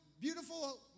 beautiful